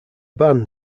band